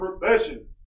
profession